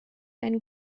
einen